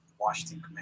Washington